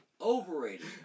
overrated